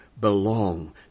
belong